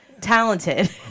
talented